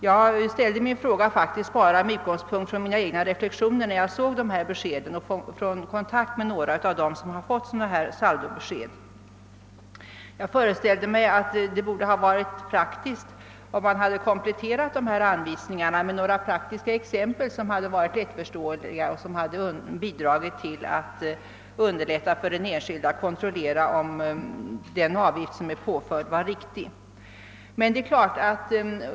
Jag ställde faktiskt min fråga enbart med utgångspunkt i mina egna reflexioner när jag såg dessa besked och från kontakt med några av dem som fått saldobeskeden. Jag föreställde mig att det hade varit praktiskt, om anvisningarna hade kompletterats med några praktiska exempel som varit lättförståeliga och bidragit till att underlätta för den enskilde att kontrollera huruvida den påförda avgiften var riktig.